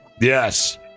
Yes